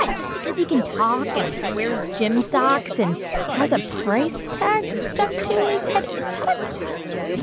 like just because he can talk and wear gym socks and has a price tag stuck to his head is that ah costume?